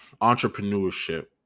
entrepreneurship